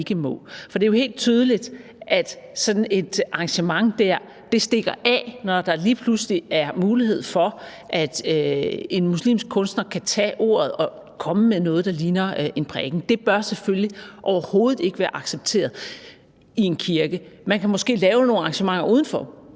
lige pludselig er mulighed for, at en muslimsk kunstner kan tage ordet og komme med noget, der ligner en prædiken. Det bør selvfølgelig overhovedet ikke være accepteret i en kirke. Man kan måske lave nogle arrangementer udenfor.